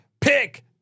Pick